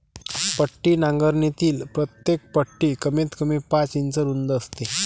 पट्टी नांगरणीतील प्रत्येक पट्टी कमीतकमी पाच इंच रुंद असते